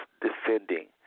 defending